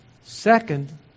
Second